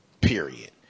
period